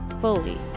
fully